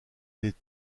des